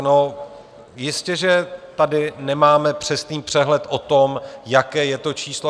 No jistěže tady nemáme přesný přehled o tom, jaké je to číslo.